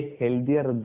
healthier